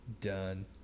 Done